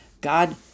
God